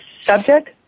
subject